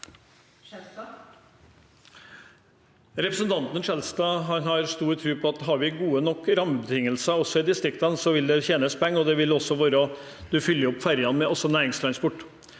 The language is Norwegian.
Representanten Skjelstad har stor tro på at hvis vi har gode nok rammebetingelser i distriktene, vil det bli tjent penger, og en vil også fylle opp ferjene med næringstransport.